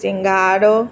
सिंगाड़ो